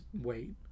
wait